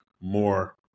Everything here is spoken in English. more